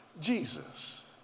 Jesus